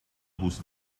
whose